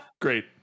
Great